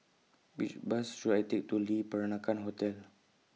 Which Bus should I Take to Le Peranakan Hotel